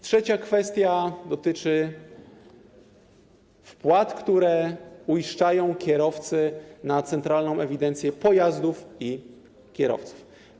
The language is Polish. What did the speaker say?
Trzecia kwestia dotyczy wpłat, które uiszczają kierowcy na Centralną Ewidencję Pojazdów i Kierowców.